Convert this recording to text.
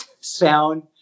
sound